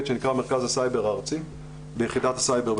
שנקרא מרכז הסייבר הארצי ביחידת הסייבר,